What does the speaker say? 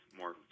more